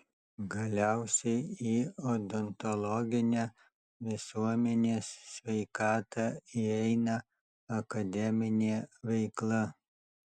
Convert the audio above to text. galiausiai į odontologinę visuomenės sveikatą įeina akademinė veikla